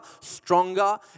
stronger